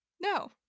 No